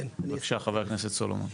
בבקשה חבר הכנסת סולומון.